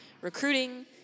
recruiting